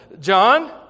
John